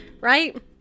right